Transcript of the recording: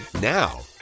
Now